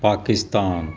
Pakistan